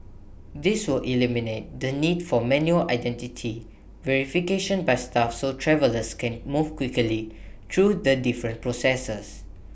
this will eliminate the need for manual identity verification by staff so travellers can move quickly through the different processors